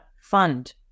fund